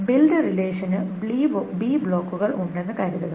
build റിലേഷന് bs ബ്ലോക്കുകൾ ഉണ്ടെന്നു കരുതുക